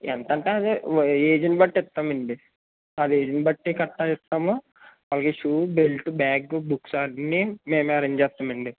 ఎంతంటే అది ఏజ్ని బట్టి ఇస్తామండి వాళ్ళ ఏజ్ని బట్టి గట్రా ఇస్తాము అలాగే షు బెల్టు బ్యాగ్ బుక్స్ అన్నీ మేమే అరేంజ్ చేస్తామండి